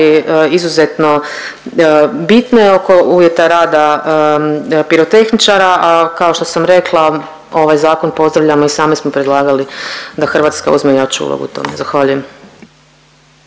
izuzetno bitne oko uvjeta rada pirotehničara, a kao što sam rekla ovaj zakon pozdravljamo i sami smo predlagali da Hrvatska uzme jaču ulogu u tome. Zahvaljujem.